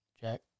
Jack